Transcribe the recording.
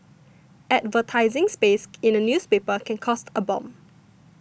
advertising space in a newspaper can cost a bomb